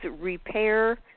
Repair